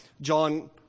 John